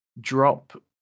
drop